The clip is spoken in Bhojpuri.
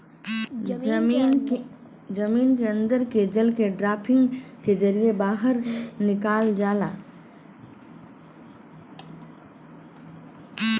जमीन के अन्दर के जल के ड्राफ्टिंग के जरिये बाहर निकाल जाला